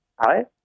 Hi